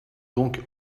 donc